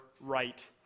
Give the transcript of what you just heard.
right